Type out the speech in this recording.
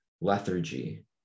lethargy